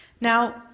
Now